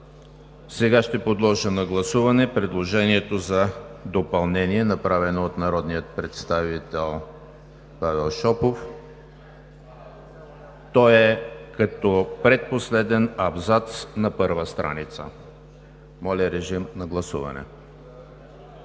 прието. Подлагам на гласуване предложението за допълнение, направено от народния представител Павел Шопов. То е като предпоследен абзац на първа страница. Гласували